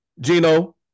Gino